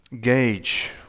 gauge